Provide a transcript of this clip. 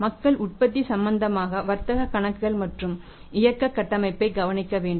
மக்கள் உற்பத்தி சம்பந்தமாக வர்த்தக கணக்குகள் மற்றும் இயக்க கட்டமைப்பை கவனிக்க வேண்டும்